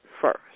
first